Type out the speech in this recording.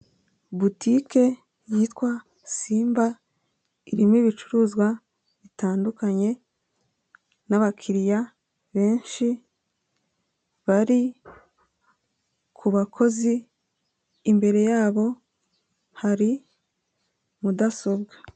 Butike yitwa simba irimo ibicuruzwa bitandukanye, nabakiriya benshi bari kubakozi imbere yabo hari mudasobwa.